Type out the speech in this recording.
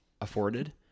afforded